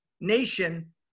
nation